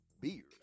beers